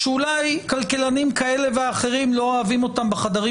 שאולי כלכלנים כאלה ואחרים לא אוהבים אותה בחדרים